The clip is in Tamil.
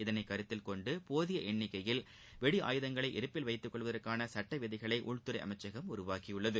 இதை கருத்தில்கொண்டு போதிய எண்ணிக்கையில் ஆயுதங்களை இருப்பில் வைத்துக்கொள்வதற்கான சட்ட விதிகளை உள்துறை அமைச்சகம் உருவாக்கியுள்ளது